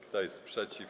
Kto jest przeciw?